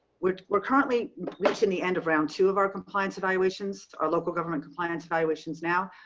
we're, we're currently reaching the end of round two of our compliance evaluations our local government compliance evaluations now.